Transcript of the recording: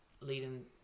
leading